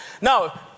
Now